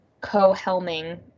co-helming